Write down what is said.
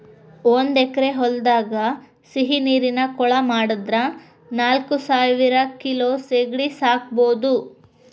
ಒಂದ್ ಎಕರೆ ಹೊಲದಾಗ ಸಿಹಿನೇರಿನ ಕೊಳ ಮಾಡಿದ್ರ ನಾಲ್ಕಸಾವಿರ ಕಿಲೋ ಸೇಗಡಿ ಸಾಕಬೋದು